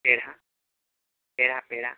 ପେଡ଼ା ପେଡ଼ା ପେଡ଼ା